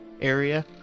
area